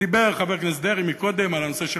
דיבר חבר הכנסת דרעי קודם על הנושא של